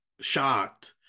shocked